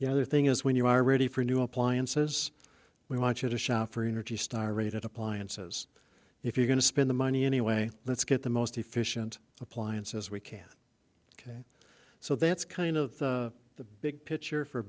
other thing is when you are ready for new appliances we want you to shop for energy star rated appliances if you're going to spend the money anyway let's get the most efficient appliances we can get so that's kind of the big picture for